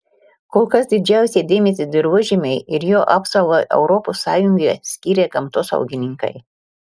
kol kas didžiausią dėmesį dirvožemiui ir jo apsaugai europos sąjungoje skiria gamtosaugininkai